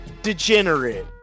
Degenerate